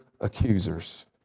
accusers